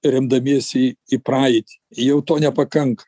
remdamiesi į praeitį jau to nepakanka